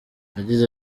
yagize